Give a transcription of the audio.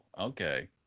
okay